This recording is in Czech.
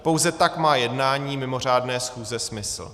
Pouze tak má jednání mimořádné schůze smysl.